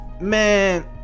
man